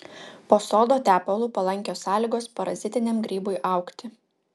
po sodo tepalu palankios sąlygos parazitiniam grybui augti